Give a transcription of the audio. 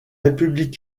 république